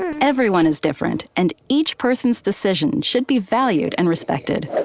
and everyone is different, and each person's decision should be valued and respected.